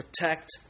protect